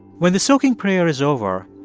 when the soaking prayer is over,